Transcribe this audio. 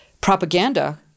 propaganda